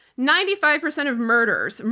ninety five percent of murders,